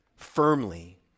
firmly